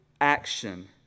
action